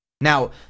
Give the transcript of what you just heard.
Now